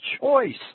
choice